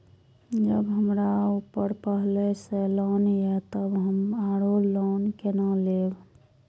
जब हमरा ऊपर पहले से लोन ये तब हम आरो लोन केना लैब?